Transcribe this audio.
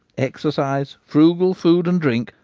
exercise, frugal food and drink,